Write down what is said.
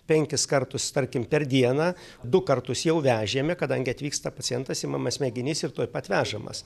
penkis kartus tarkim per dieną du kartus jau vežėme kadangi atvyksta pacientas imamas mėginys ir tuoj pat vežamas